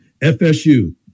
FSU